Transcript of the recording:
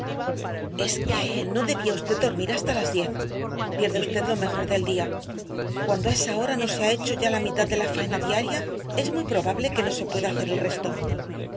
es que no debía usted dormir hasta las diez pierde usted lo mejor del día cuando a esa hora no se ha hecho ya la mitad de la faena diaria es muy probable que no se pueda hacer el resto